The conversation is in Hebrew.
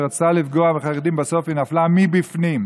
שרצתה לפגוע בחרדים בסוף היא נפלה מבפנים.